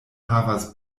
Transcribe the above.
havas